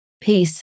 peace